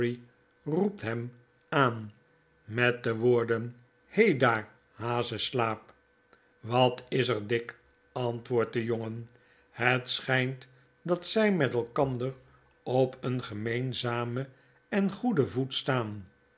roept hem aan met de woorden hei daar hazeslaap wat is er dick antwoordtdejongen het schijnt dat zij met elkander op een gemeenzamen en goeden voet staan